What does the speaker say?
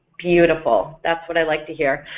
beautiful, that's what i like to hear.